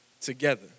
together